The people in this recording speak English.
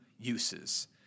uses